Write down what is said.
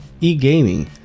e-gaming